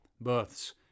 Births